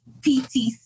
PTC